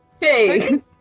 Hey